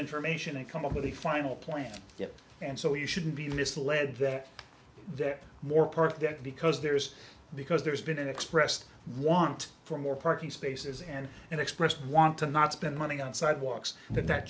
information and come up with a final plan and so you shouldn't be misled that they're more perfect because there's because there's been an expressed want for more parking spaces and an expressed want to not spend money on sidewalks that that